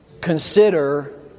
consider